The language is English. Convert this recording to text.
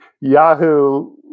Yahoo